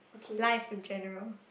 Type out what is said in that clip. life in general